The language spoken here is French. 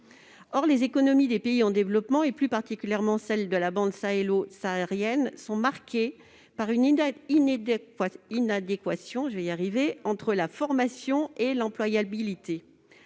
Or les économies des pays en développement, plus particulièrement celles de la bande sahélo-saharienne, sont marquées par une inadéquation entre la formation et l'employabilité.